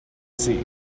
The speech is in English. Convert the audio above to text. sea